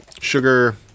sugar